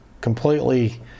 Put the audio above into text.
completely